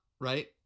Right